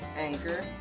Anchor